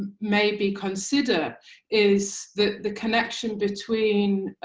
maybe consider is that the connection between